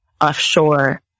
offshore